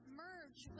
merge